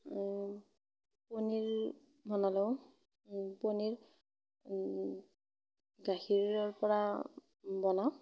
পনীৰ বনালেও পনীৰ গাখীৰৰ পৰা বনাওঁ